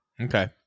Okay